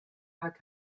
park